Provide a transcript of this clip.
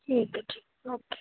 ਠੀਕ ਹੈ ਜੀ ਓਕੇ